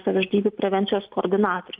savižudybių prevencijos koordinatoriui